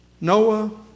Noah